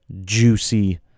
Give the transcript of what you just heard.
Juicy